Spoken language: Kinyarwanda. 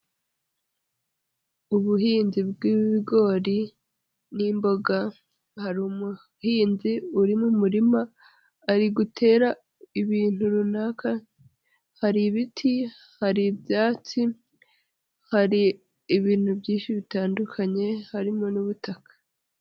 Ubuhinzi bw'ibigori n'imboga hari umuhinzi uri mu muririma ari gutera ibintu runaka, hari ibiti, hari ibyatsi hari, ibintu byinshi bitandukanye, harimo n'ubutaka.